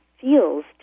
feels